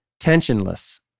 tensionless